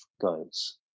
goes